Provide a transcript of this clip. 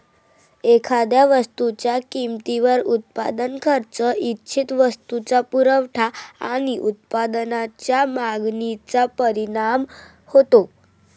एखाद्या वस्तूच्या किमतीवर उत्पादन खर्च, इच्छित वस्तूचा पुरवठा आणि उत्पादनाच्या मागणीचा परिणाम होतो